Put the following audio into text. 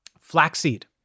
Flaxseed